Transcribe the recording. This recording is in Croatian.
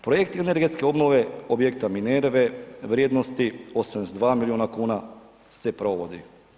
Projekt energetske obnove objekta Minerve vrijednosti 82 milijuna kuna se provodi.